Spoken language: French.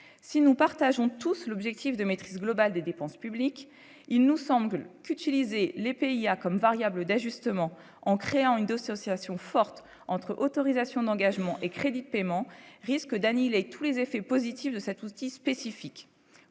si nous partageons tous l'objectif de maîtrise globale des dépenses publiques, il nous semble qu'utiliser les pays à comme variable d'ajustement, en créant une dose sur Sion forte entre autorisations d'engagement, les crédits de paiement risque d'annihiler tous les effets positifs de cet outil spécifique,